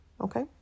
okay